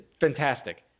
fantastic